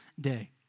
day